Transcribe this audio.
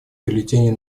бюллетени